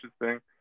interesting